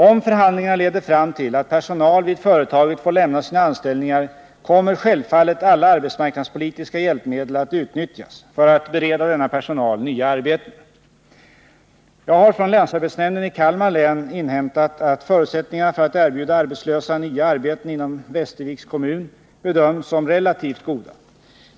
Om förhandlingarna leder fram till att personal vid företaget får lämna sina anställningar, kommer självfallet alla arbetsmarknadspolitiska hjälpmedel att utnyttjas för att bereda denna personal nya arbeten. Jag har från länsarbetsnämnden i Kalmar län inhämtat att förutsättningarna för att erbjuda arbetslösa nya arbeten inom Västerviks kommun bedöms som relativt goda.